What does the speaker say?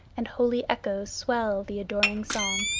and holy echoes swell the adoring song.